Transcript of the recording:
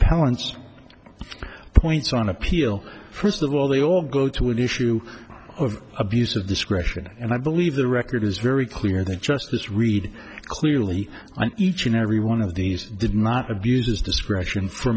power points on appeal first of all they all go to an issue of abuse of discretion and i believe the record is very clear that justice read clearly and each and every one of these did not abuse his discretion for